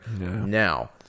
Now